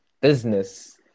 business